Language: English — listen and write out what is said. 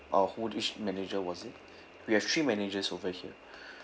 or who which manager was it we have three managers over here